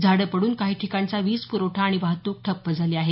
झाडं पडून काही ठिकाणचा वीज प्रवठा आणि वाहतुक ठप्प झाली आहे